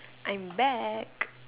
I'm back